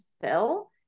fill